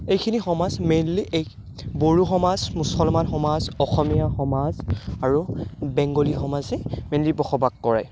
এইখিনি সমাজ মেইনলি এই বড়ো সমাজ মুছলমান সমাজ অসমীয়া সমাজ আৰু বেংগলী সমাজেই মেইনলি বসবাস কৰে